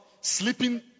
sleeping